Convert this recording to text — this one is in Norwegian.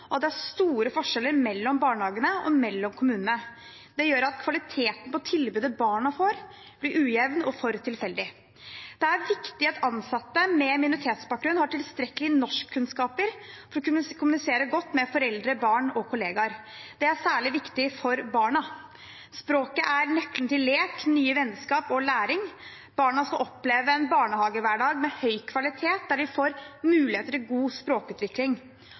og at det er store forskjeller mellom barnehagene og mellom kommunene. Det gjør at kvaliteten på tilbudet barna får, blir ujevn og for tilfeldig. Det er viktig at ansatte med minoritetsbakgrunn har tilstrekkelige norskkunnskaper for å kunne kommunisere godt med foreldre, barn og kollegaer. Det er særlig viktig for barna. Språket er nøkkelen til lek, nye vennskap og læring. Barna skal oppleve en barnehagehverdag med høy kvalitet der de får mulighet til god språkutvikling.